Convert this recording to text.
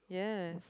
yes